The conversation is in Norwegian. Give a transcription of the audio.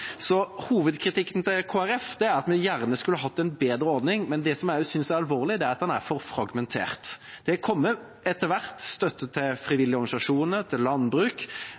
Så hovedkritikken til Kristelig Folkeparti er at vi gjerne skulle hatt en bedre ordning, men det jeg synes er alvorlig, er at den er for fragmentert. Det har kommet – etter hvert – støtte til frivillige organisasjoner, til landbruk,